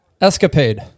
escapade